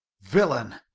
villain,